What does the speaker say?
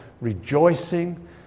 rejoicing